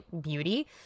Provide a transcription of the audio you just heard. beauty